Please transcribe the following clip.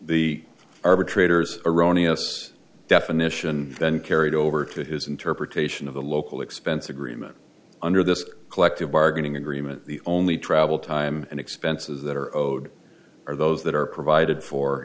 the arbitrators erroneous definition then carried over to his interpretation of the local expense agreement under this collective bargaining agreement the only travel time and expenses that are owed are those that are provided for